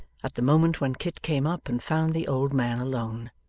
at the moment when kit came up and found the old man alone.